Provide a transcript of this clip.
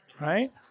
right